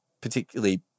particularly